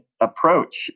approach